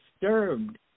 disturbed